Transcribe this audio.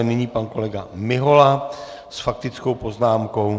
Nyní pan kolega Mihola s faktickou poznámkou.